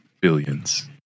billions